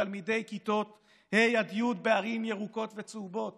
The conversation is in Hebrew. תלמידי כיתות ה' עד י' בערים ירוקות וצהובות